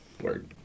Word